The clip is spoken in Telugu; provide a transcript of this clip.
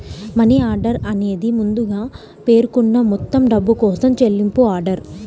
మనీ ఆర్డర్ అనేది ముందుగా పేర్కొన్న మొత్తం డబ్బు కోసం చెల్లింపు ఆర్డర్